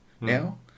now